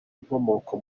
inkomoko